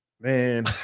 Man